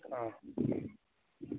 ꯑꯥ